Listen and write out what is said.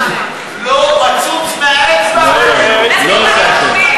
על ההווה ועל העתיד.